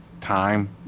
time